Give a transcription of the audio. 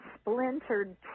splintered